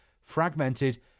fragmented